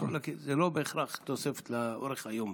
זה לא בהכרח תוספת לאורך היום.